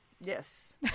Yes